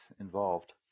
involved